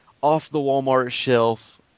off-the-Walmart-shelf